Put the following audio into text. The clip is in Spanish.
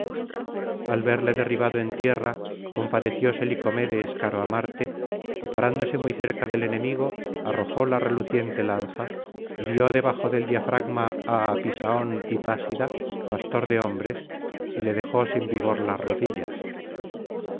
al verle derribado en tierra compadecióse licomedes caro á marte y parándose muy cerca del enemigo arrojó la reluciente lanza hirió debajo del diafragma á apisaón hipásida pastor de hombres y le dejó sin vigor las rodillas